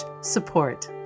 support